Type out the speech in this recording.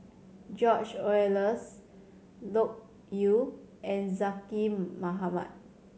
George Oehlers Loke Yew and Zaqy Mohamad